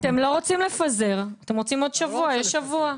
אתם לא רוצים לפזר, אתם רוצים עוד שבוע, יש שבוע.